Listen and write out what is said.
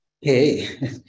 Hey